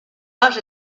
lot